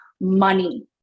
money